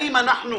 יש עבירות